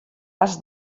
has